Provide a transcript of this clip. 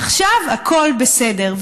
עכשיו הכול בסדר.